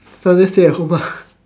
Sunday stay at home ah